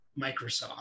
Microsoft